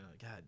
God